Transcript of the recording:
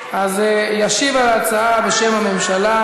ישיב על ההצעה בשם הממשלה